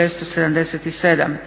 677,